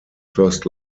first